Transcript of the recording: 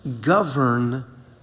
govern